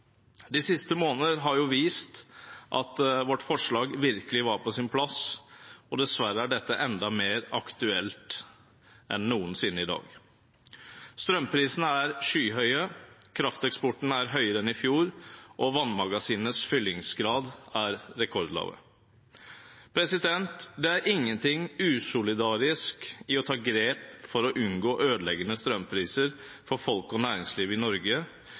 De siste månedene har vist at vårt forslag virkelig var på sin plass, og dessverre er dette i dag enda mer aktuelt enn noensinne. Strømprisene er skyhøye, krafteksporten er høyere enn i fjor, og vannmagasinenes fyllingsgrad er rekordlave. Det er ingenting usolidarisk i å ta grep for å unngå ødeleggende strømpriser for folk og næringsliv i Norge,